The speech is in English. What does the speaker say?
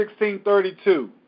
16.32